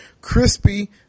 crispy